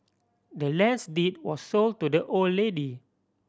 the land's deed was sold to the old lady